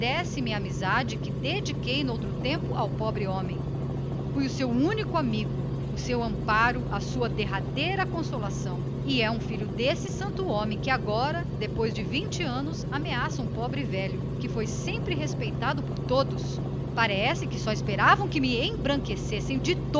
agradece a amizade fiel que dediquei noutro tempo ao pobre homem fui o seu único amigo o seu amparo a sua derradeira consolação e é um filho dele que vem agora depois de vinte anos ameaçar um pobre velho que foi sempre respeitado por todos parece que só esperavam que me embranquecessem de todo